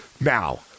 Now